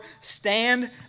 Stand